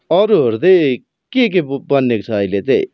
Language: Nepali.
अरूहरू चाहिँ के के बनिएको छ अहिले चाहिँ